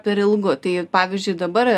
per ilgu tai pavyzdžiui dabar